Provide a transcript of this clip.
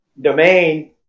domain